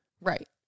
Right